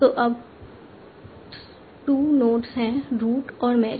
तो अब 2 नोड्स हैं रूट और मैरी